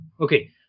Okay